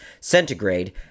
centigrade